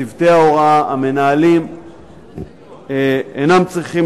צוותי ההוראה והמנהלים אינם צריכים